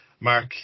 Mark